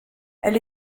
elle